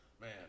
Man